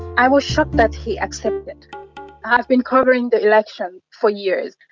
i was shocked that he accepted it. i've been covering the election for years.